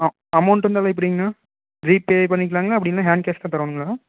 ஆ amount எப்படிங்கண்ணா GPay பண்ணிக்கலாம்ங்களா அப்படி இல்லைன்னா ஹேண்ட் கேஷ் தரணுங்களா